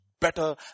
better